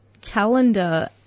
calendar